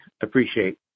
appreciate